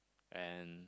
and